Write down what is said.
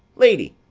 lady!